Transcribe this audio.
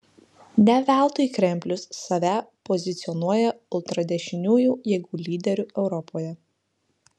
ne veltui kremlius save pozicionuoja ultradešiniųjų jėgų lyderiu europoje